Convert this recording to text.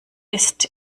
ist